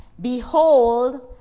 Behold